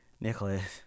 Nicholas